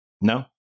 No